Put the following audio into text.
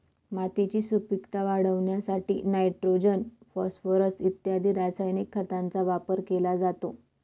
मातीची सुपीकता वाढवण्यासाठी नायट्रोजन, फॉस्फोरस इत्यादी रासायनिक खतांचा वापर केला जातो